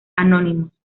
anónimos